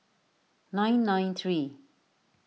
nine nine three